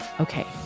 Okay